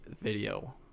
video